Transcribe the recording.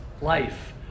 Life